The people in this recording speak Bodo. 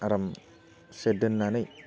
आरामसे दोननानै